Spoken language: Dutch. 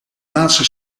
laatste